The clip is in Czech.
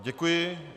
Děkuji.